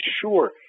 sure